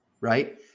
right